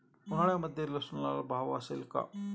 उन्हाळ्यामध्ये लसूणला भाव असेल का?